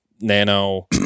Nano